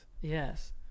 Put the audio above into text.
Yes